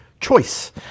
choice